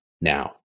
now